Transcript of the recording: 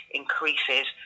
increases